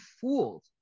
fooled